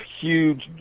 huge